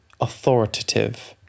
authoritative